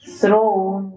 thrown